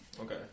Okay